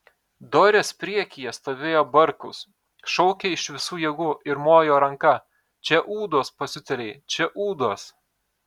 dorės priekyje stovėjo barkus šaukė iš visų jėgų ir mojo ranka čia ūdos pasiutėliai čia ūdos